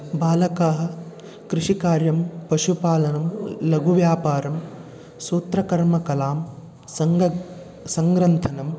बालकाः कृषिकार्यं पशुपालनं ल् लघुव्यापारं सूत्रकर्मकलां सङ्ग सङ्ग्रन्थनम्